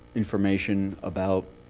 information about